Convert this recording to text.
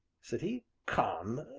said he, come,